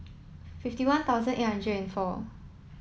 fifty one thousand eight hundred and four